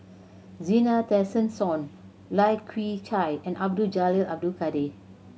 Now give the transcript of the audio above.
Zena Tessensohn Lai Kew Chai and Abdul Jalil Abdul Kadir